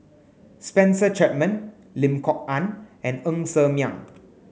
Spencer Chapman Lim Kok Ann and Ng Ser Miang